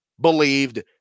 believed